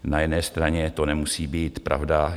Na jedné straně to nemusí být pravda.